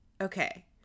okay